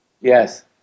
Yes